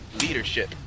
leadership